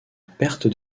perte